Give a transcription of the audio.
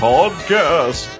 Podcast